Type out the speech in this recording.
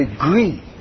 agree